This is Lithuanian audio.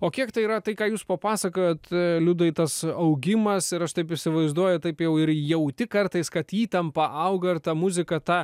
o kiek tai yra tai ką jūs papasakojot liudai tas augimas ir aš taip įsivaizduoju taip jau ir jauti kartais kad įtampa auga ir ta muzika tą